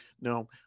No